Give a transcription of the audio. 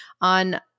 on